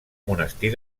monestir